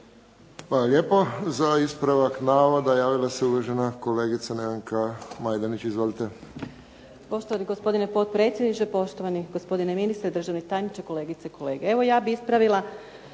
lijepo. Za ispravak navoda javila se uvažena kolegica Nevenka Majdenić. Izvolite.